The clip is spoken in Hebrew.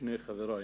שני חברי